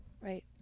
Right